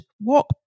walk